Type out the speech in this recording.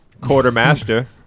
Quartermaster